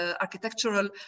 architectural